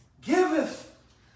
Giveth